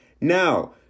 Now